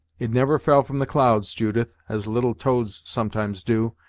it never fell from the clouds, judith, as little toads sometimes do,